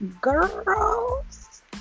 girls